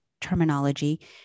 terminology